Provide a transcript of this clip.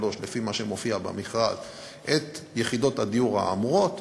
שלוש את יחידות הדיור האמורות,